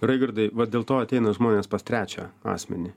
raigardai va dėl to ateina žmonės pas trečią asmenį